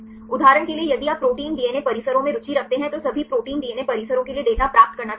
उदाहरण के लिए यदि आप प्रोटीन डीएनए परिसरों में रुचि रखते हैं तो सभी प्रोटीन डीएनए परिसरों के लिए डेटा प्राप्त करना चाहते हैं